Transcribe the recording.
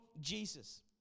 Jesus